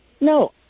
No